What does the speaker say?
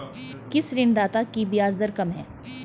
किस ऋणदाता की ब्याज दर कम है?